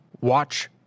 Watch